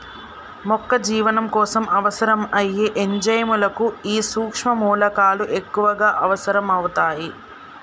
మొక్క జీవనం కోసం అవసరం అయ్యే ఎంజైముల కు ఈ సుక్ష్మ మూలకాలు ఎక్కువగా అవసరం అవుతాయి